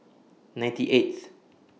ninety eighth